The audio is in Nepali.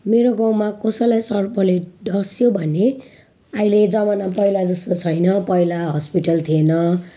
मेरो गाउँमा कसैलाई सर्पले डस्यो भने अहिले जमाना पहिला जस्तो छैन पहिला हस्पिटल थिएन